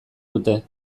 dute